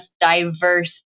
diverse